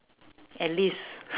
at least